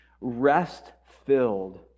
rest-filled